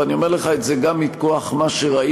ואני אומר לך את זה גם מכוח מה שראיתי